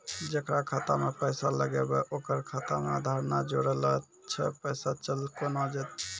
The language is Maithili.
जेकरा खाता मैं पैसा लगेबे ओकर खाता मे आधार ने जोड़लऽ छै पैसा चल कोना जाए?